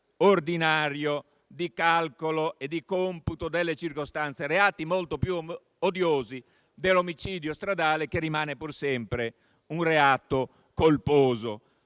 ordinario di calcolo e di computo delle circostanze; reati molto più odiosi dell'omicidio stradale, che rimane pur sempre un reato colposo.